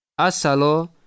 Asalo